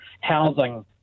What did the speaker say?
housing